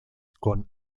con